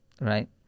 Right